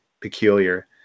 peculiar